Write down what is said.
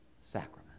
sacrament